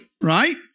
right